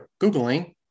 Googling